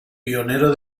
pionero